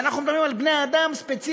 ואנחנו מדברים על בני-אדם ספציפיים,